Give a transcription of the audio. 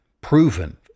proven